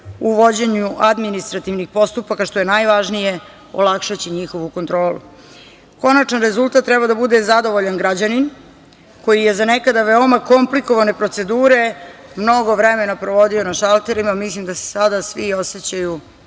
u vođenju administrativnih postupaka, što je najvažnije olakšaće njihovu kontrolu. Konačan rezultat treba da bude zadovoljan građanin koji je za nekada veoma komplikovane procedure mnogo vremena provodio na šalterima. Mislim da se sada svi osećaju